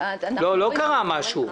לא קרה משהו.